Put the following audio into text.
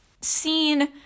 seen